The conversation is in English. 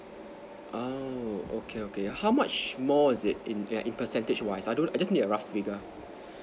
oh okay okay how much more is it in percentage wise I don't I just need a rough figure